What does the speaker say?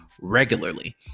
regularly